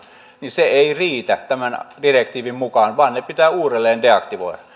niin se ei riitä tämän direktiivin mukaan vaan ne pitää uudelleen deaktivoida